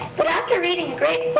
but after reading a great